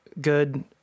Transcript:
good